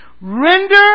Render